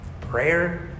Prayer